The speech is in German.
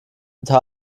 diesem